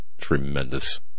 tremendous